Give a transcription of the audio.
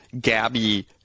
Gabby